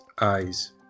eyes